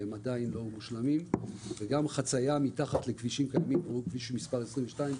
והם עדיין לא מושלמים וגם חצייה מתחת לכבישים קיימים כמו כביש מס' 22,